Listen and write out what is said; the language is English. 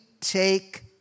take